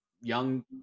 Young